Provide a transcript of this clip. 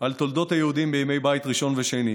על תולדות היהודים בימי בית ראשון ושני.